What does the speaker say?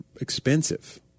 expensive